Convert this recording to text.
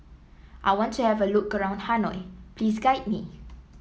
I want to have a look around Hanoi please guide me